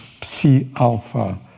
Psi-alpha